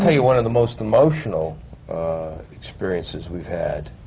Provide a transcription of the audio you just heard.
ah you one of the most emotional experiences we've had,